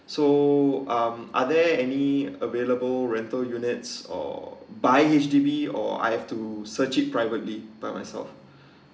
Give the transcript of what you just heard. so um are they any available rental units or buy H_D_B or I have to searching privately by myself